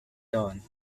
dawn